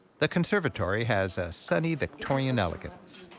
the conservatory has a sunny victorian elegance.